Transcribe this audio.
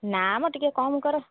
ନା ମ ଟିକେ କମ୍ କର